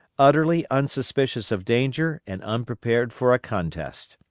utterly unsuspicious of danger and unprepared for a contest.